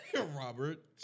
Robert